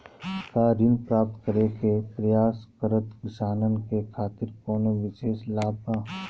का ऋण प्राप्त करे के प्रयास करत किसानन के खातिर कोनो विशेष लाभ बा